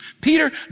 Peter